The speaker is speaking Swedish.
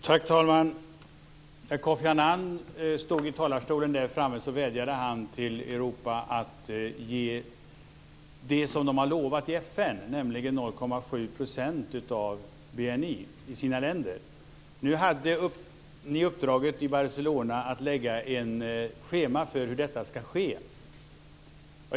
Herr talman! När Kofi Annan stod i talarstolen här framme i kammaren vädjade han till Europa att ge det som det har lovat i FN, nämligen 0,7 % av BNI i sina länder. Ni hade nu i Barcelona uppdraget att lägga fast ett schema, en tidsram och en plan för hur detta ska ske.